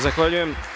Zahvaljujem.